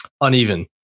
uneven